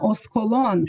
o skolon